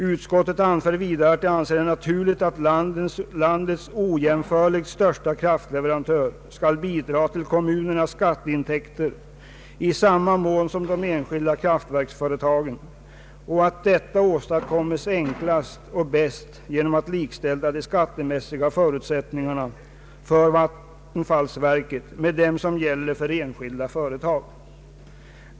Utskottet anför vidare att det anser det naturligt att landets ojämförligt största kraftleverantör skall bidra till kommunernas skatteintäkter i samma mån som de enskilda kraftverksföretagen samt att detta enklast och bäst åstadkommes genom att likställa de skattemässiga förutsättningarna för = vattenfallsverket med dem som gäller för enskilda företag.